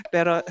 Pero